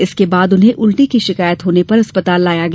इसके बाद उन्हें उल्टी की शिकायत होने पर अस्पताल लाया गया